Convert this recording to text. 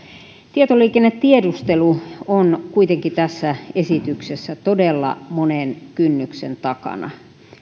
tietoliikennetiedustelu on kuitenkin tässä esityksessä todella monen kynnyksen takana